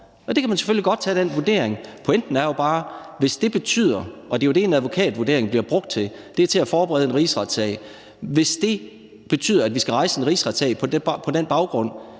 Og man kan selvfølgelig godt tage den vurdering. Pointen er jo bare, at hvis det betyder – og det, en advokatvurdering bliver brugt til, er jo at forberede en rigsretssag – at vi skal rejse en rigsretssag på den baggrund,